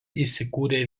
įsikūrė